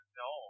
no